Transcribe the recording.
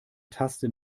taste